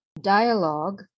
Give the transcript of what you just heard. dialogue